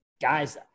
guys